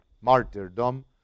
martyrdom